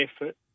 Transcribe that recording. effort